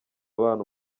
abana